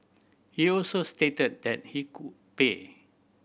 he also stated that he could pay